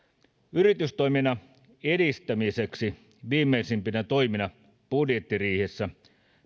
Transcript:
yritystoiminnan edistämiseksi viimeisimpinä toimina budjettiriihessä